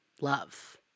love